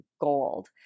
gold